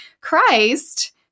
Christ